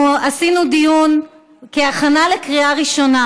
אנחנו עשינו דיון כהכנה לקריאה ראשונה